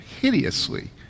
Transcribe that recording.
hideously